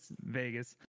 Vegas